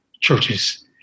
churches